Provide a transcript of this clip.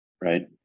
right